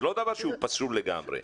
זה לא דבר שפסול לגמרי.